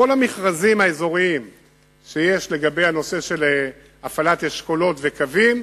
בכל המכרזים האזוריים בנושא של הפעלת אשכולות וקווים